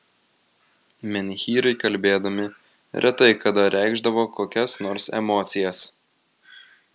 menhyrai kalbėdami retai kada reikšdavo kokias nors emocijas